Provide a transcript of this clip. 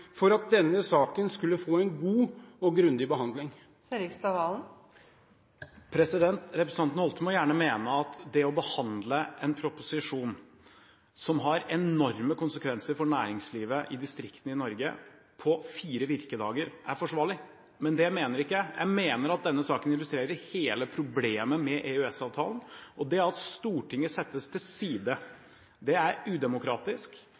for at denne saken skulle få en god og grundig behandling? Representanten Holthe må gjerne mene at det å behandle en proposisjon som har enorme konsekvenser for næringslivet i distriktene i Norge på fire virkedager, er forsvarlig, men det mener ikke jeg. Jeg mener at denne saken illustrerer hele problemet med EØS-avtalen, og det er at Stortinget settes til side. Det er udemokratisk,